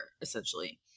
essentially